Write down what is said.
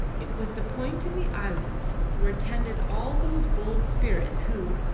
it was the point in the islands where tended all those bold spirits who,